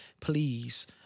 please